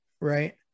Right